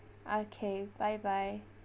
okay bye bye